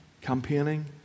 campaigning